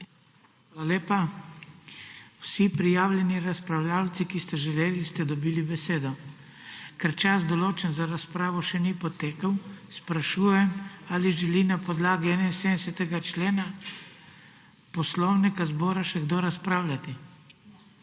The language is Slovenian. Hvala lepa. Vsi prijavljeni razpravljavci, ki ste to želeli, ste dobili besedo. Ker čas, določen za razpravo, še ni potekel, sprašujem, če želi na podlagi 71. člena Poslovnika zbora še kdo razpravljati.